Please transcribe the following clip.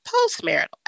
post-marital